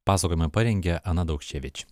pasakojimą parengė ana daukševič